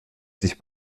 sich